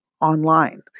online